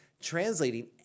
translating